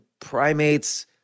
primates